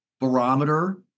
barometer